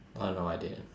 oh no I didn't